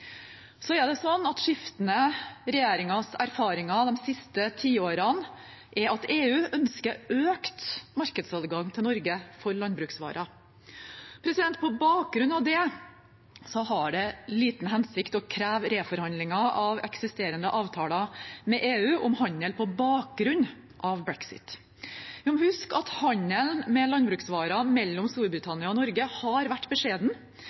Så er det sånn at skiftende regjeringers erfaringer de siste tiårene er at EU ønsker økt markedsadgang til Norge for landbruksvarer. På bakgrunn av det har det liten hensikt å kreve reforhandlinger av eksisterende avtaler med EU om handel på bakgrunn av brexit. Vi må huske at handelen med landbruksvarer mellom Storbritannia og Norge har vært beskjeden.